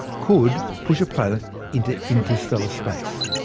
could push a planet into interstellar space.